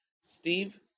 Steve